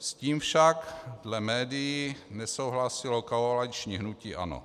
S tím však dle médií nesouhlasilo koaliční hnutí ANO.